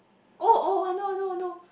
oh oh I know I know I know